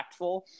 impactful